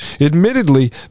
Admittedly